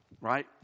Right